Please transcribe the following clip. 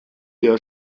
der